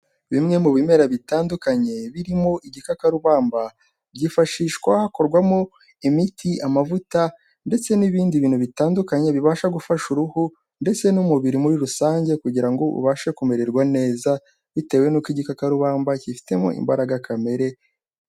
Bimwe mu bimera bitandukanye birimo igikakarubamba, byifashishwa hakorwamo imiti, amavuta ndetse n'ibindi bintu bitandukanye bibasha gufasha uruhu ndetse n'umubiri muri rusange kugira ngo ubashe kumererwa neza bitewe n'uko igikarubamba gifitemo imbaraga kamere.